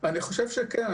אני חושב שכן.